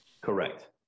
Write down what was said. Correct